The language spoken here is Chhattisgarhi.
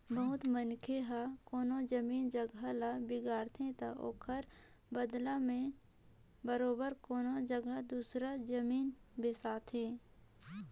बहुत मनखे हर कोनो जमीन जगहा ल बिगाड़थे ता ओकर बलदा में बरोबेर कोनो जगहा दूसर जमीन बेसाथे